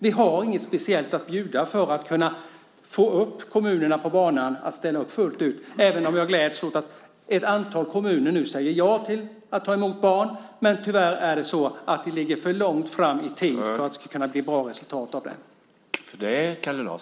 Vi har inget speciellt att erbjuda för att få upp kommunerna på banan och ställa upp fullt ut. Men jag gläds åt att ett antal kommuner säger ja till att ta emot barn. Men tyvärr ligger det för långt fram i tiden för att det ska bli bra resultat av det.